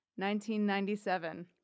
1997